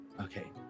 Okay